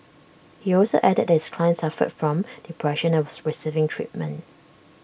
he also added that his client suffered from depression and was receiving treatment